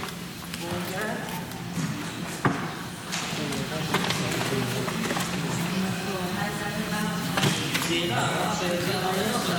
חברת הכנסת קארין אלהרר, אף היא אינה נוכחת.